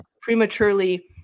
prematurely